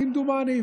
כמדומני,